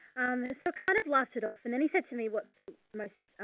um, so kind of laughed it off. and then he said to me, what's so most,